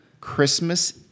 Christmas